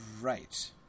right